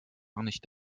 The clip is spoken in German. nicht